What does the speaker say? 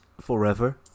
forever